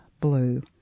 Blue